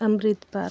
Amrit park